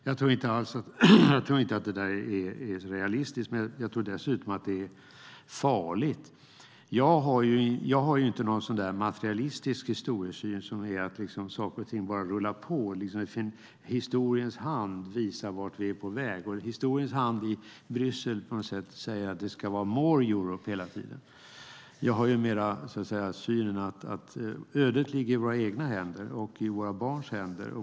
Jag tror inte att det där är realistiskt, men jag tror dessutom att det är farligt. Jag har inte någon materialistisk historiesyn som innebär att saker och ting bara rullar på och att historiens hand visar vart vi är på väg. Historiens hand verkar i Bryssel säga att det hela tiden ska vara more Europe. Jag har i stället synen att ödet ligger i våra egna och i våra barns händer.